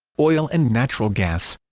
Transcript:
oil and natural gas